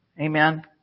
Amen